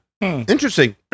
Interesting